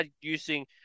using